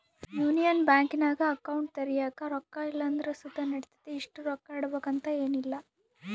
union ಬ್ಯಾಂಕಿನಾಗ account ತೆರ್ಯಾಕ ರೊಕ್ಕ ಇಲ್ಲಂದ್ರ ಸುತ ನಡಿತತೆ, ಇಷ್ಟು ರೊಕ್ಕ ಇಡುಬಕಂತ ಏನಿಲ್ಲ